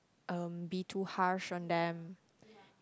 um be too harsh on them